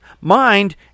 mind